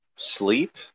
Sleep